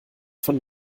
von